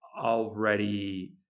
already